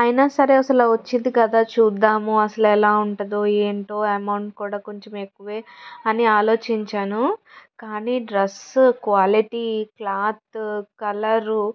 అయినా సరే అసలు వచ్చింది కదా చూద్దాము అసలు ఎలా ఉంటుందో ఏంటో అమౌంట్ కూడా కొంచెం ఎక్కువ అని ఆలోచించాను కాని డ్రస్సు క్వాలిటీ క్లాతు కలరు